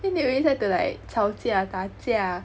then they always like to like 吵架打架